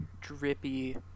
drippy